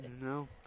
No